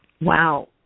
Wow